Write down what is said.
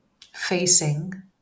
facing